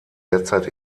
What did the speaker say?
derzeit